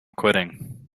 quitting